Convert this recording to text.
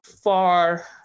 far